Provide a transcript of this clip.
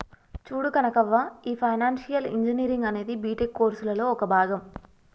చూడు కనకవ్వ, ఈ financial engineering అనేది బీటెక్ కోర్సులలో ఒక భాగం